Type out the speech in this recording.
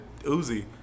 Uzi